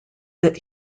that